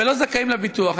ולא זכאים לביטוח.